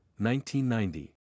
1990